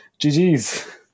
ggs